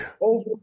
over